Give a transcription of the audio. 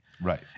Right